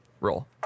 roll